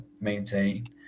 maintain